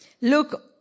look